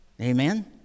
amen